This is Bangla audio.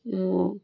এবং